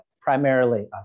primarily